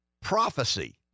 Prophecy